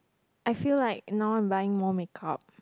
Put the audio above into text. I feel like now I'm buying more makeup